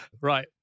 right